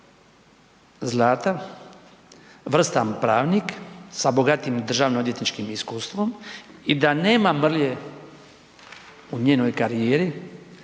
Zlata vrstan pravnik sa bogatim državno-odvjetničkim iskustvom i da nema mrlje u njenoj karijeri